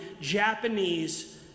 Japanese